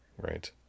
Right